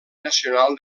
nacional